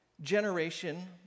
generation